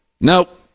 Nope